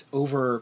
over